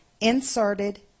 inserted